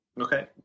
okay